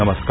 नमस्कार